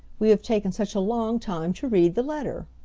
we have taken such a long time to read the letter.